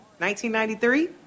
1993